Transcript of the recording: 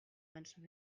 menschen